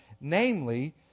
namely